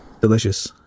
Delicious